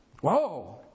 Whoa